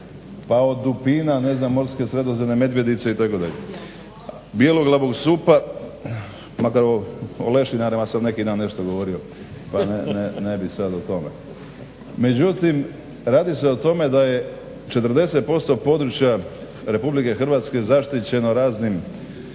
pa od dupina, morske sredozemne medvjedice itd., bjeloglavog supa, makar o lešinarima se neki dan nešto govorio pa ne bih sada o tome. Međutim radi se o tome da je 40% područja RH zaštićeno raznim